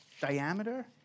diameter